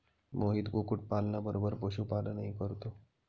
मोहित कुक्कुटपालना बरोबर पशुपालनही करतो